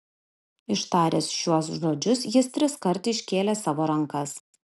ištaręs šiuos žodžius jis triskart iškėlė savo rankas